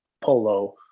polo